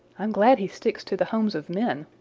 i'm glad he sticks to the homes of men,